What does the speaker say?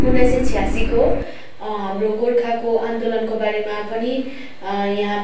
उन्नाइस सय छयासीको हाम्रो गोर्खाको आन्दोलनको बारेमा पनि यहाँ